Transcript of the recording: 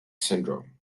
syndrome